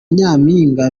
nyampinga